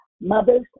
mothers